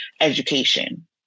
education